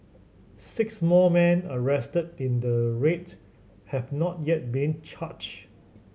six more men arrested in the raid have not yet been charged